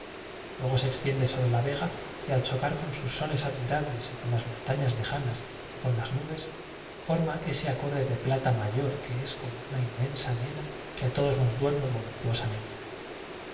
luego se exfiende sobre la vega y al chocar con sus sones admirables y con las montañas lejanas y con las nubes forma ese acorde de piafa mayor que es como una inmensa nena que a fodos nos duerme